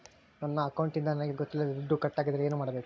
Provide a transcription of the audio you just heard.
ನನ್ನ ಅಕೌಂಟಿಂದ ನನಗೆ ಗೊತ್ತಿಲ್ಲದೆ ದುಡ್ಡು ಕಟ್ಟಾಗಿದ್ದರೆ ಏನು ಮಾಡಬೇಕು?